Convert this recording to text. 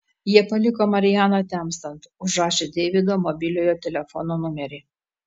jie paliko marianą temstant užrašę deivido mobiliojo telefono numerį